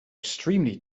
extremely